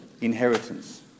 inheritance